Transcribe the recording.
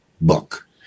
book